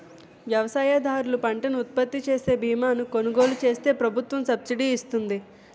వ్యవసాయదారులు పంటను ఉత్పత్తిచేసే బీమాను కొలుగోలు చేస్తే ప్రభుత్వం సబ్సిడీ ఇస్తుంది